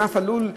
ענף הלול,